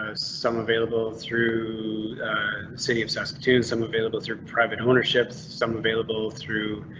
ah some available through city of saskatoon, some available through private ownership, some available through.